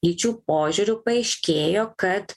lyčių požiūriu paaiškėjo kad